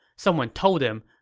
someone told him,